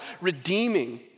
redeeming